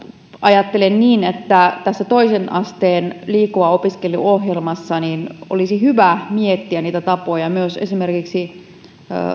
ajattelen niin että tässä toisen asteen liikkuva opiskelu ohjelmassa olisi hyvä miettiä tapoja myös esimerkiksi